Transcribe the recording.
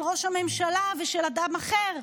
של ראש הממשלה ושל אדם אחר.